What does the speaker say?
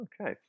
Okay